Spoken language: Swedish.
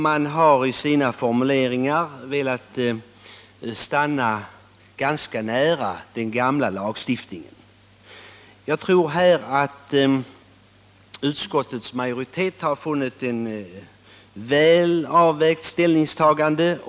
Man har i sina formuleringar velat stanna ganska nära den gamla lagstiftningen. Jag tror att utskottets majoritet har funnit ett väl avvägt ställningstagande.